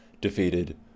defeated